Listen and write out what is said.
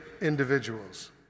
individuals